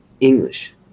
English